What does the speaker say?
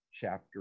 chapter